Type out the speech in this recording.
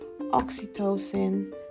oxytocin